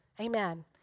Amen